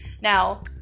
Now